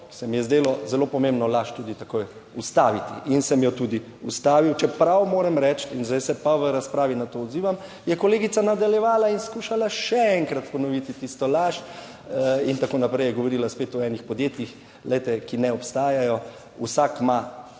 se mi je zdelo zelo pomembno laž tudi takoj ustaviti in sem jo tudi ustavil. Čeprav moram reči, in zdaj se pa v razpravi na to odzivam, je kolegica nadaljevala in skušala še enkrat ponoviti tisto laž in tako naprej, je govorila spet o enih podjetjih, glejte, ki ne obstajajo. Vsak ima,